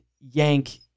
yank